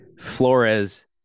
Flores